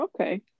Okay